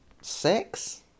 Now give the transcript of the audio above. six